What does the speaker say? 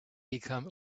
become